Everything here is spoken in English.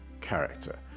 character